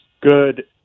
good